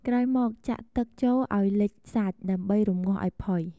ក្រោយមកចាក់ទឹកចូលឱ្យលិចសាច់ ដើម្បីរម្ងាស់ឱ្យផុយ។